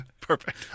Perfect